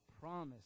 promise